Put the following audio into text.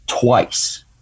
twice